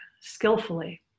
skillfully